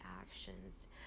actions